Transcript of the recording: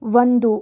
ಒಂದು